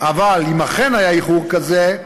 אבל, אם אכן היה איחור כזה,